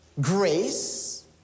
grace